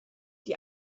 die